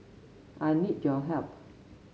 I need your help